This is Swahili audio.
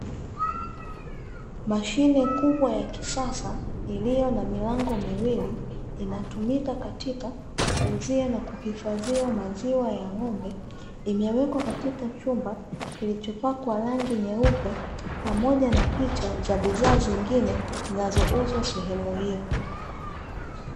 Mashine kubwa ya kisasa iliyo na milango miwili inatumika katika kuuzia na kuhifadhia maziwa ya ng'ombe, imewekwa katika chumba kilichopakwa rangi nyeupe pamoja na picha za bidhaa zingine zinazouzwa sehemu hiyo.